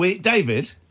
David